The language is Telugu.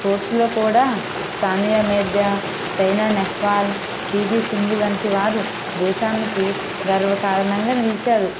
స్పోర్ట్స్లో కూడా సానియా మీర్జా సైనా నెహ్వాల్ పీవీ సింధు వంటి వారు దేశానికి గర్వకారణంగా నిలిచారు